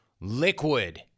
liquid